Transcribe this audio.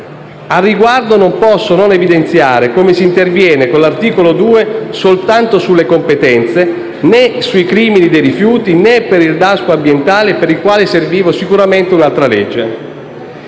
Al riguardo non posso non evidenziare come si interviene, con l'articolo 2, soltanto sulle competenze, e non si interviene né sui crimini dei rifiuti, né per il Daspo ambientale, per i quali servirà sicuramente un'altra legge.